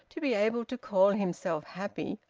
to be able to call himself happy.